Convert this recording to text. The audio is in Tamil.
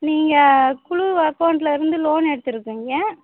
நீங்கள் குழு அகௌண்ட்லிருந்து லோன் எடுத்துருக்கீங்க